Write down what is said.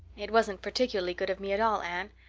it wasn't particularly good of me at all, anne.